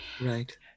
Right